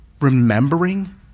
remembering